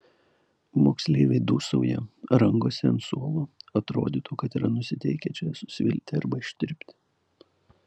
moksleiviai dūsauja rangosi ant suolo atrodytų kad yra nusiteikę čia susvilti arba ištirpti